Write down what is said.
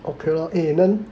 okay lor eh 你们